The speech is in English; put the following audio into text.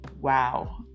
wow